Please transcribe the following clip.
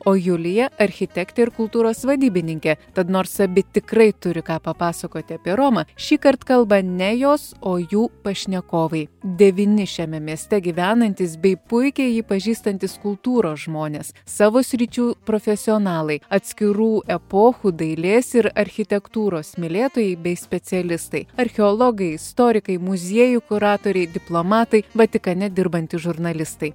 o julija architektė ir kultūros vadybininkė tad nors abi tikrai turi ką papasakoti apie romą šįkart kalba ne jos o jų pašnekovai devyni šiame mieste gyvenantys bei puikiai jį pažįstantys kultūros žmonės savo sričių profesionalai atskirų epochų dailės ir architektūros mylėtojai bei specialistai archeologai istorikai muziejų kuratoriai diplomatai vatikane dirbantys žurnalistai